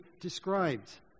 described